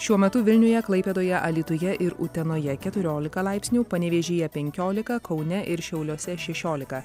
šiuo metu vilniuje klaipėdoje alytuje ir utenoje keturiolika laipsnių panevėžyje penkiolika kaune ir šiauliuose šešiolika